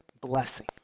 blessing